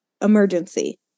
emergency